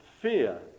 fear